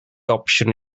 opsiwn